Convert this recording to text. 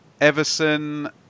Everson